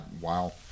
Wow